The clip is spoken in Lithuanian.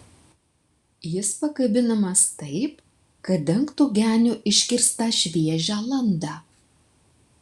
jis pakabinamas taip kad dengtų genio iškirstą šviežią landą